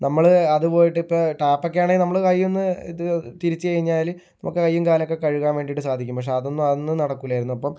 നമ്മള് അതുപോയിട്ട് ഇപ്പം ടാപ്പോക്കെ ആണേ നമ്മള് കൈയൊന്നു തിരിച്ചു കഴിഞ്ഞാല് നമുക്ക് കൈയും കാലൊക്കെ കഴുകാന് വേണ്ടിയിട്ട് സാധിക്കും പക്ഷെ അതൊന്നും അതൊന്നും നടക്കൂലായിരുന്നു അപ്പം